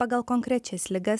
pagal konkrečias ligas